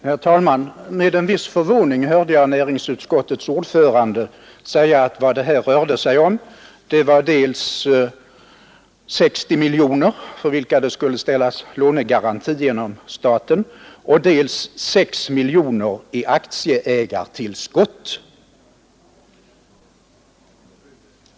Herr talman! Med en viss förvåning hörde jag näringsutskottets ordförande säga att vad det här rörde sig om var dels 60 miljoner för vilka det skulle ställas lånegaranti av staten, dels 6 miljoner i aktieägartillskott.